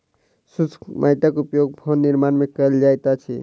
शुष्क माइटक उपयोग भवन निर्माण मे कयल जाइत अछि